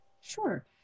Sure